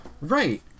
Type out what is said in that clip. Right